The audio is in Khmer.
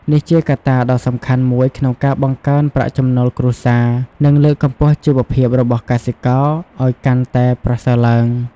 នេះជាកត្តាដ៏សំខាន់មួយក្នុងការបង្កើនប្រាក់ចំណូលគ្រួសារ និងលើកកម្ពស់ជីវភាពរបស់កសិករឲ្យកាន់តែប្រសើរឡើង។